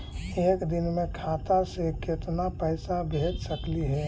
एक दिन में खाता से केतना पैसा भेज सकली हे?